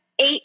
Eight